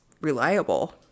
reliable